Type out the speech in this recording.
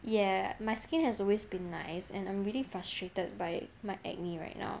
ya my skin has always been nice and I'm really frustrated by my acne right now